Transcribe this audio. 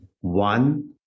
one